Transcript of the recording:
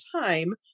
time